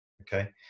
okay